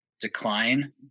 decline